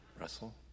Russell